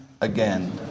again